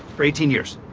for eighteen years.